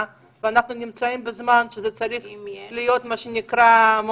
ואנחנו נמצאים בזמן שזה צריך להיות מאוד מהר,